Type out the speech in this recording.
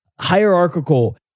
hierarchical